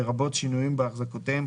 לרבות שינויים בהחזקותיהם,